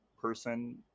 person